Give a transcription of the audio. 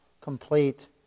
complete